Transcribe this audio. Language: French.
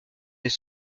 des